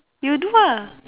you do lah